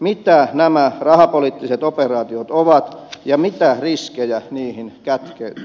mitä nämä rahapoliittiset operaatiot ovat ja mitä riskejä niihin kätkeytyy